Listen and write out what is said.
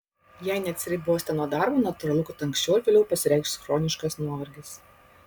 jei neatsiribosite nuo darbo natūralu kad anksčiau ar vėliau pasireikš chroniškas nuovargis